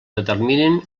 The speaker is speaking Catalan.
determinin